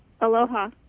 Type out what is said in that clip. Aloha